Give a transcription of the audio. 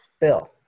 Bill